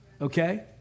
Okay